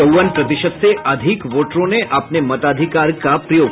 चौवन प्रतिशत से अधिक वोटरों ने अपने मताधिकार का किया प्रयोग